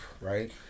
right